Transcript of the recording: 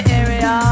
area